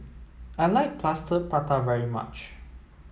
I like Plaster Prata very much